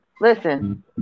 listen